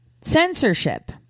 censorship